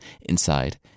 Inside